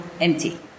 empty